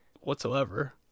whatsoever